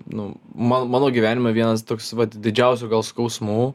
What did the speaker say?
nu man mano gyvenime vienas toks vat didžiausių gal skausmų